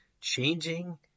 changing